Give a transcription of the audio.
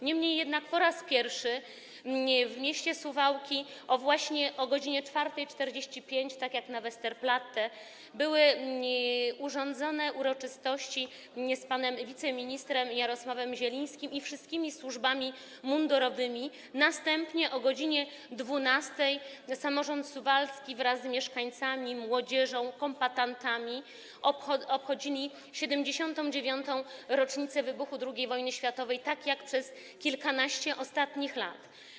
Niemniej po raz pierwszy w mieście Suwałki właśnie o godz. 4.45 tak jak na Westerplatte zostały urządzone uroczystości z panem wiceministrem Jarosławem Zielińskim i wszystkimi służbami mundurowymi, następnie o godz. 12 samorząd suwalski oraz mieszkańcy, młodzież i kombatanci obchodzili 79. rocznicę wybuchu II wojny światowej tak jak przez kilkanaście ostatnich lat.